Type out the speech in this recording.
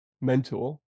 mentor